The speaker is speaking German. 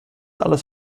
alles